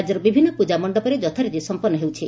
ରାଜ୍ୟର ବିଭିନ୍ନ ପୂଜାମଖପରେ ଯଥାରୀତି ସଂପନ୍ନ ହେଉଛି